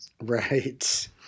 Right